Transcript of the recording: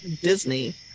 disney